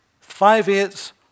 five-eighths